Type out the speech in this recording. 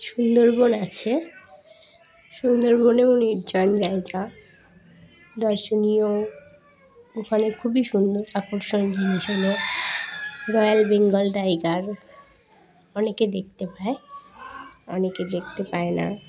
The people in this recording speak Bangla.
সুন্দরবন আছে সুন্দরবনেও নির্জন জায়গা দর্শনীয় ওখানে খুবই সুন্দর আকর্ষণ জিনিস হলো রয়্যাল বেঙ্গল টাইগার অনেকে দেখতে পায় অনেকে দেখতে পায় না